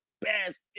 best